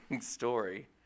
story